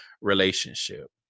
relationship